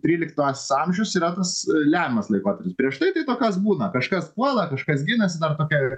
tryliktas amžius yra tas lemiamas laikotarpis prieš tai tai tokios būna kažkas puola kažkas ginasi dar tokia ir